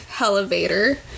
elevator